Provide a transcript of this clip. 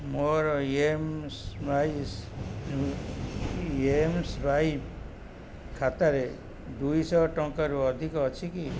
ମୋର ଏମ୍ ସ୍ମାଇସ୍ M swipe ଖାତାରେ ଦୁଇଶହ ଟଙ୍କାରୁ ଅଧିକ ଅଛି କି